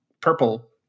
purple